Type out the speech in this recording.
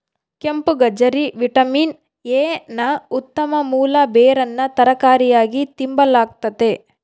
ಕೆಂಪುಗಜ್ಜರಿ vitamin A ನ ಉತ್ತಮ ಮೂಲ ಬೇರನ್ನು ತರಕಾರಿಯಾಗಿ ತಿಂಬಲಾಗ್ತತೆ